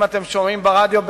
אם אתם שומעים רדיו,